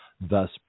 thus